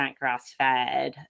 grass-fed